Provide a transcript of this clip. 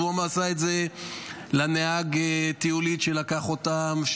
הוא עשה את זה לנהג טיולית שלקח אותם,